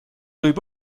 võib